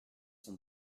son